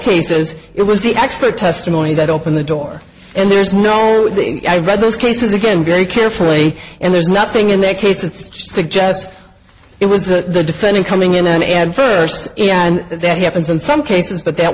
cases it was the expert testimony that opened the door and there's no i read those cases again very carefully and there's nothing in their case it's just suggest it was the defendant coming in and first and that happens in some cases but that